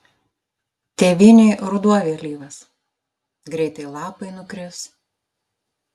tėvynėj ruduo vėlyvas greitai lapai nukris